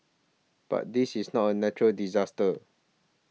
but this is not a natural disaster